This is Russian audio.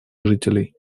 жителей